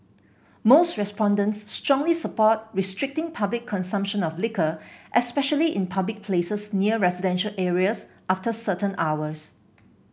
most respondents strongly support restricting public consumption of liquor especially in public places near residential areas after certain hours